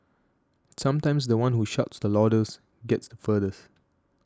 sometimes the one who shouts the loudest gets the furthest